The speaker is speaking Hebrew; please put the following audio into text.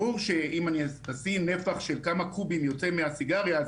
ברור שאם אני אשים נפח של כמה קוב יוצא מהסיגריה,